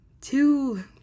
Two